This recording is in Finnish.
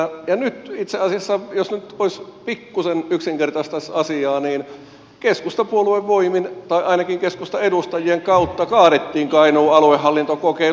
ja nyt itse asiassa jos nyt voisi pikkuisen yksinkertaistaa asiaa niin keskustapuolueen voimin tai ainakin keskustan edustajien kautta kaadettiin kainuun aluehallintokokeilu